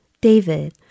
David